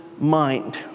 mind